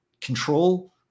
control